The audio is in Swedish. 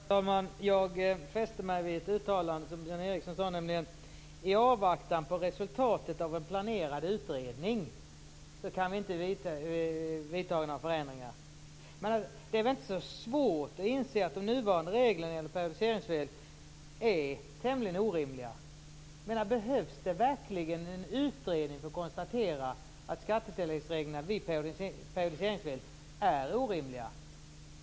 Herr talman! Jag fäste mig vid ett uttalande som Björn Ericson gjorde: I avvaktan på resultatet av en planerad utredning kan vi inte vidta några förändringar. Det är väl inte så svårt att inse att de nuvarande reglerna när det gäller periodiseringsfel är tämligen orimliga. Behövs det verkligen en utredning för att konstatera att skattetilläggsreglerna vid periodiseringsfel är orimliga?